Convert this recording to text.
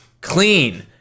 clean